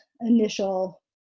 initial